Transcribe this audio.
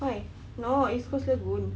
why no east coast lagoon